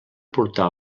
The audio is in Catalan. portar